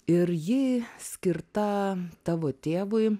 ir ji skirta tavo tėvui